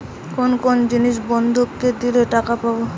কোন কোন জিনিস বন্ধক দিলে টাকা পাব?